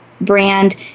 brand